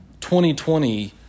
2020